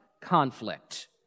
conflict